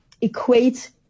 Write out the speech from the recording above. equate